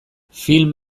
film